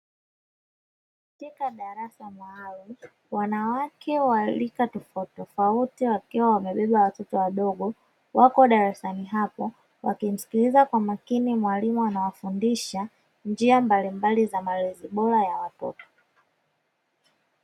Katika darasa maalumu wanawake wa rika tofautitofauti, wakiwa wamebeba watoto wadogo wako darasani hapo wakimsikiliza kwa makini mwalimu anawafundisha njia mbalimbali za malezi bora ya watoto.